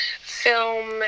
film